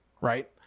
Right